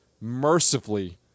mercifully